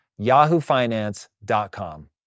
yahoofinance.com